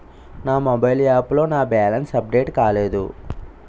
నా mobile app లో నా బ్యాలెన్స్ అప్డేట్ కాలేదు